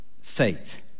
faith